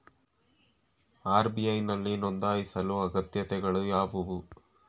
RBI ನಲ್ಲಿ ನೊಂದಾಯಿಸಲು ಅಗತ್ಯತೆಗಳು ಯಾವುವು?